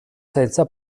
senza